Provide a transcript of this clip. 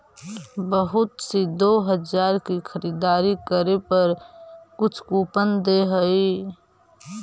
बहुत सी दो हजार की खरीदारी करे पर कुछ कूपन दे हई